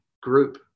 group